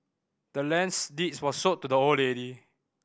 the land's deed was sold to the old lady